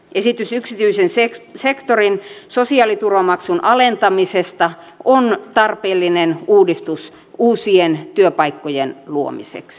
esitys yksityisen sektorin sosiaaliturvamaksun alentamisesta on tarpeellinen uudistus uusien työpaikkojen luomiseksi